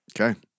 Okay